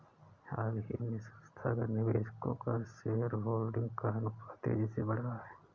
हाल ही में संस्थागत निवेशकों का शेयरहोल्डिंग का अनुपात तेज़ी से बढ़ रहा है